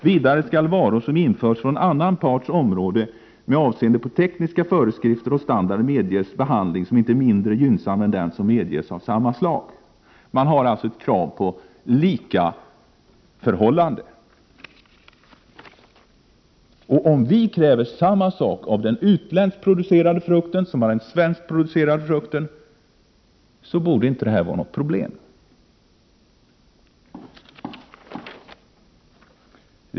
Vidare skall varor som införts från annan parts område med avseende på tekniska föreskrifter och standarder medges behandling som inte är mindre gynnsam än den som medges samma slags varor ——-—.” Det ställs alltså ett krav på lika förhållanden. Om vii Sverige kräver samma sak av den utländskt producerade frukten som av den svenskt producerade frukten borde inte detta vara något problem.